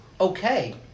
okay